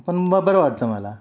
पण बा बरं वाटतं मला